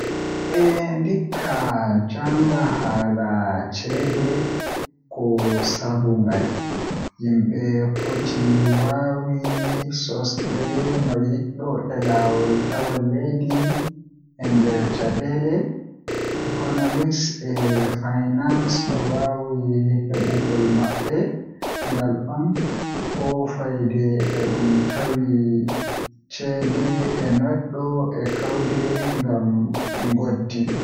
Eh ndikka jannga haala ceede Ko sabu ngal, yimɓe foti waawi sosde noyiɗɗo e laawol tawa leydi e nder caɗeele. Economics e finance no waawi heɓugol maɓɓe ngal on, ko fayde ɗum e tawti caɗeele e noyiɗɗo e keewɗi ngam ngoodi.